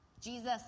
Jesus